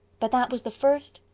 but that was the first,